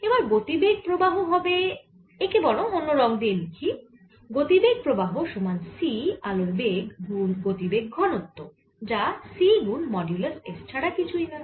এবার গতিবেগ প্রবাহ হবে একে বরং অন্য রঙ দিয়ে লিখি গতিবেগ প্রবাহ সমান c আলোর বেগ গুন গতিবেগ ঘনত্ব যা c গুন মডিউলাস S ছাড়া কিছুই না